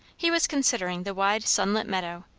he was considering the wide sunlit meadow,